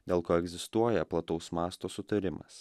dėl ko egzistuoja plataus masto sutarimas